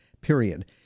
period